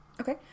Okay